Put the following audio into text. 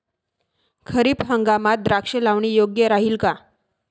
खरीप हंगामात द्राक्षे लावणे योग्य राहिल का?